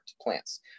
plants